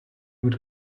would